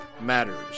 Matters